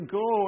go